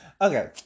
Okay